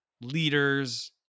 leaders